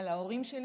על ההורים שלי,